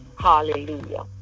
Hallelujah